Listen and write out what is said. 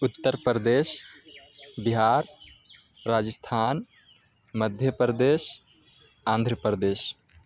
Uttar Pradesh Bihar Rajasthan Madhya Pradesh Andhra Pradesh